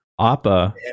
Appa